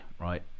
right